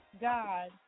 God